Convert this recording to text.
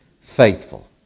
faithful